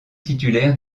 titulaire